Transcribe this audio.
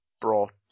brought